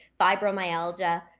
fibromyalgia